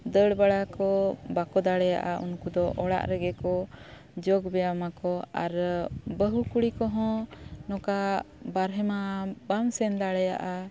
ᱫᱟᱹᱲ ᱵᱟᱲᱟ ᱠᱚ ᱵᱟᱠᱚ ᱫᱟᱲᱮᱭᱟᱜᱼᱟ ᱩᱱᱠᱩ ᱫᱚ ᱚᱲᱟᱜ ᱨᱮᱜᱮ ᱠᱚ ᱡᱳᱜᱽ ᱵᱮᱭᱟᱢ ᱟᱠᱚ ᱟᱨ ᱵᱟᱹᱦᱩ ᱠᱩᱲᱤ ᱠᱚᱦᱚᱸ ᱱᱚᱝᱠᱟ ᱵᱟᱨᱦᱮ ᱢᱟ ᱵᱟᱢ ᱥᱮᱱ ᱫᱟᱲᱮᱭᱟᱜᱼᱟ